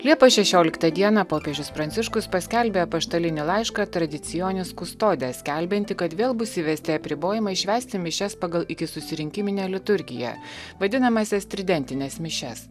liepos šešioliktą dieną popiežius pranciškus paskelbė apaštalinį laišką tradicionis kustode skelbiantį kad vėl bus įvesti apribojimai švęsti mišias pagal ikisusirinkiminę liturgiją vadinamąsias tridentines mišias